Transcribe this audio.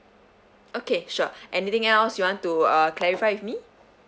okay sure anything else you want to uh clarify with me